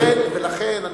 לכן,